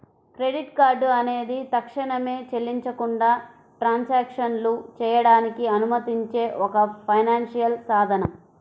credit card అనేది తక్షణమే చెల్లించకుండా ట్రాన్సాక్షన్లు చేయడానికి అనుమతించే ఒక ఫైనాన్షియల్ సాధనం